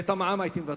ואת המע"מ הייתי מבטל.